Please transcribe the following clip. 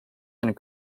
and